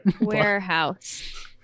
Warehouse